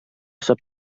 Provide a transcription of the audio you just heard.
sap